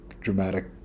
dramatic